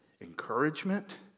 encouragement